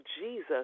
jesus